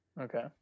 Okay